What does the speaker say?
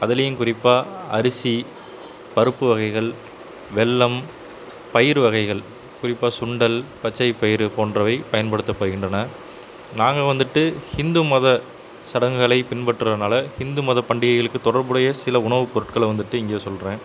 அதுலையும் குறிப்பாக அரிசி பருப்பு வகைகள் வெல்லம் பயிறு வகைகள் குறிப்பாக சுண்டல் பச்சை பயறு போன்றவை பயன்படுத்தப்படுகின்றன நாங்கள் வந்துட்டு ஹிந்து மத சடங்குகளை பின்பற்றதினால ஹிந்து மத பண்டிகைகளுக்கு தொடர்புடைய சில உணவு பொருட்களை வந்துட்டு இங்கே சொல்கிறேன்